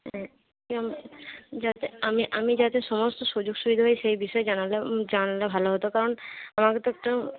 মানে যাতে আমি যাতে আমি আমি যাতে সমস্ত সুযোগ সুবিধা পাই সেই বিষয়ে জানালে জানলে ভালো হতো কারণ আমাকে তো একটু